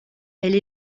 elle